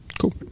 Cool